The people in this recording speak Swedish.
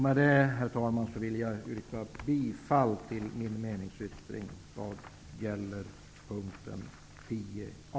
Med detta, herr talman, yrkar jag bifall till min meningsyttring vad gäller punkten 10 a.